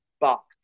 box